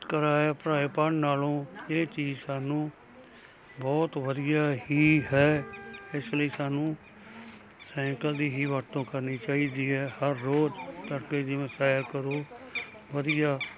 ਕਿਰਾਏ ਭਰਾਏ ਭਰਨ ਨਾਲੋਂ ਇਹ ਚੀਜ਼ ਸਾਨੂੰ ਬਹੁਤ ਵਧੀਆ ਹੀ ਹੈ ਇਸ ਲਈ ਸਾਨੂੰ ਸੈਂਕਲ ਦੀ ਹੀ ਵਰਤੋਂ ਕਰਨੀ ਚਾਹੀਦੀ ਹੈ ਹਰ ਰੋਜ਼ ਤੜਕੇ ਜਿਵੇਂ ਸੈਰ ਕਰੋ ਵਧੀਆ